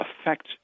affect